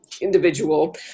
individual